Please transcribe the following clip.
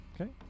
Okay